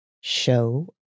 show